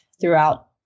throughout